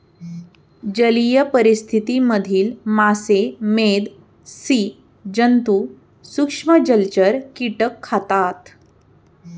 जलीय परिस्थिति मधील मासे, मेध, स्सि जन्तु, सूक्ष्म जलचर, कीटक खातात